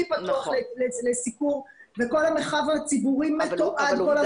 פתוח לסיקור וכל המרחב הציבורי מתועד כל הזמן.